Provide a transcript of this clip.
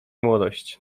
młodość